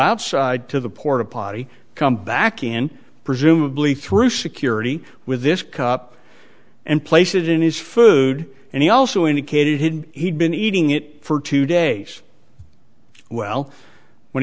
outside to the porta potty come back in presumably through security with this cup and place it in his food and he also indicated he'd been eating it for two days well when